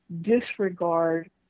disregard